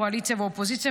קואליציה ואופוזיציה,